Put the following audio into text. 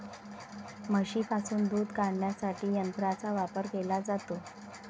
म्हशींपासून दूध काढण्यासाठी यंत्रांचा वापर केला जातो